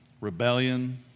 rebellion